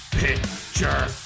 picture